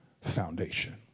foundation